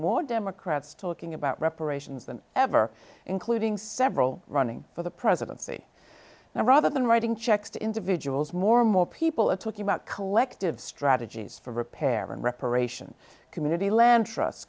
more democrats talking about reparations than ever including several running for the presidency now rather than writing checks to individuals more and more people are talking about collective strategies for repair and reparation community land trust